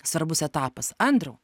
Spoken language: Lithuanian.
svarbus etapas andriau